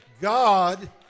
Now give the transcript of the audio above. God